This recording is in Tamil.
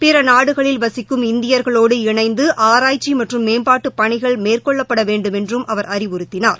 பிற நாடுகளில் வசிக்கும் இந்தியர்களோடு இணைந்து ஆராய்ச்சி மற்றும் மேம்பாட்டுப் பணிகள் மேற்கொள்ளப்பட வேண்டுமென்றும் அவர் அறிவுறுத்தினார்